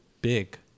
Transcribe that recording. big